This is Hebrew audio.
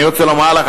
אני רוצה לומר לך,